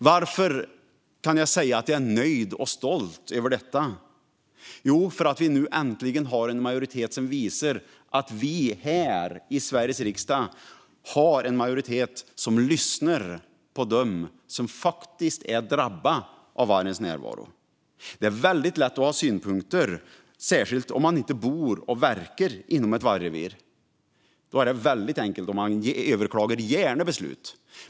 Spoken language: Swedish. Varför kan jag säga att jag är nöjd och stolt över detta? Jo, därför att det nu äntligen finns en majoritet som visar att vi här i Sveriges riksdag har en majoritet som lyssnar på dem som faktiskt är drabbade av vargens närvaro. Det är väldigt lätt att ha synpunkter, särskilt om man inte bor och verkar inom ett vargrevir. Då är det väldigt enkelt, och man överklagar gärna beslut.